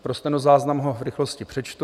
Pro stenozáznam ho v rychlosti přečtu: